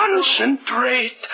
Concentrate